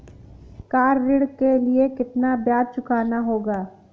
Car ऋण के लिए कितना ब्याज चुकाना होगा?